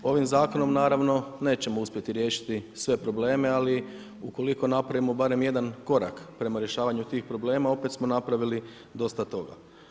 Ovim zakonom naravno nećemo uspjeti riješiti sve probleme ali ukoliko napravimo barem jedan korak prema rješavanju tih problema opet smo napravili dosta toga.